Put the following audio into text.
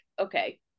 okay